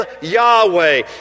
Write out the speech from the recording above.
Yahweh